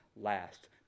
last